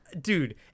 dude